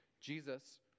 Jesus